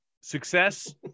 Success